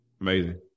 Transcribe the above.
Amazing